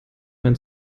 mein